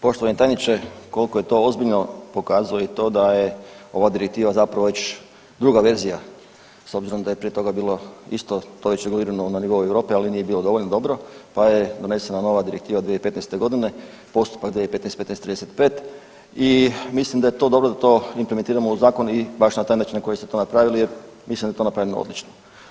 Poštovani tajniče, koliko je to ozbiljno pokazuje i to da je ova direktiva zapravo već druga verzija s obzirom da je prije toga bilo isto to već regulirano na nivou Europe, ali nije bilo dovoljno dobro, pa je donesena nova direktiva 2015.g., postupak … [[Govornik se ne razumije]] i mislim da je to dobro da to implementiramo u zakon i baš na taj način na koji ste to napravili je, mislim da je to napravljeno odlično.